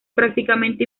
prácticamente